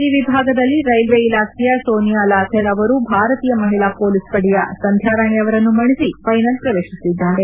G ವಿಭಾಗದಲ್ಲಿ railway ಇಲಾಖೆಯ ಸೋನಿಯಾ ಲಾಥೆರ್ ಅವರು ಭಾರತೀಯ ಮಹಿಳಾ ಮೊಲೀಸ್ ಪಡೆಯ ಸಂಧ್ಹಾರಾಣಿ ಅವರನ್ನು ಮಣಿಸಿ ಫೈನಲ್ ಪ್ರವೇಶಿದ್ದಾರೆ